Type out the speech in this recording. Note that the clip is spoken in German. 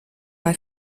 bei